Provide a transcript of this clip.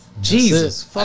Jesus